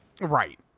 Right